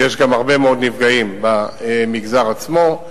ויש גם הרבה מאוד נפגעים במגזר עצמו.